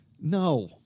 No